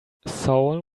saul